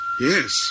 Yes